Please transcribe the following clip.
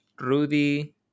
Rudy